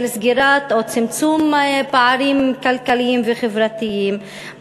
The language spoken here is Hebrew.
של סגירת או צמצום פערים כלכליים וחברתיים,